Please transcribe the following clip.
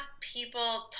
people